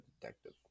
detective